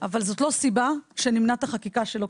אבל זאת לא סיבה שנמנע את החקיקה שלו,